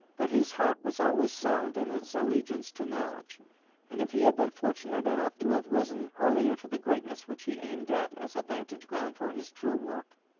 but his heart was always sound in its allegiance to knowledge and if he had been fortunate enough to have risen earlier to the greatness which he aimed at as a vantage-ground for his true work,